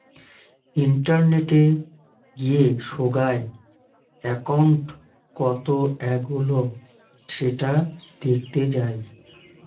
ইন্টারনেটে গিয়ে সোগায় একউন্ট কত এগোলো সেটা দেখতে যাই